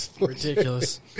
Ridiculous